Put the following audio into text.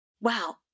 Wow